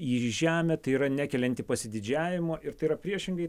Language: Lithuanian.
į žemę tai yra nekelianti pasididžiavimo ir tai yra priešingai